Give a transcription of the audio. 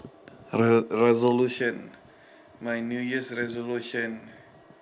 re~ resolution my new year's resolution